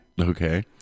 Okay